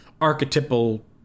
archetypal